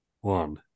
one